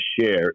share